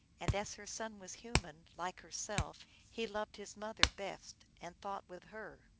and as her son was human, like herself, he loved his mother best, and thought with her.